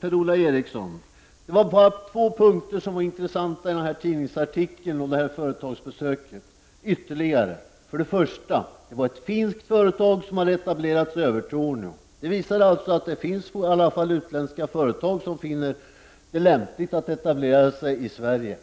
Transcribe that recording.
Per-Ola Eriksson. Det var två punkter som var intressanta i den refererade tidningsartikeln och vid företagsbesöket. För det första var det ett finskt företag som hade etablerat sig i Övertorneå. Det finns alltså utländska företag som finner det lämpligt att etablera sig i Sverige.